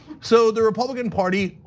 so the republican party,